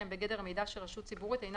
שהם בגדר מידע שרשות ציבורית אינה